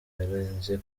yarenze